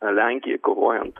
lenkijai kovojant